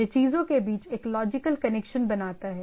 यह चीजों के बीच एक लॉजिकल कनेक्शन बनाता है